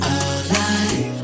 alive